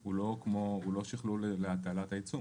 הוא לא שיכלול להטלת העיצום,